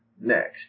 Next